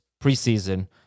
preseason